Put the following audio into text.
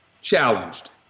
challenged